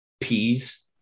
Peas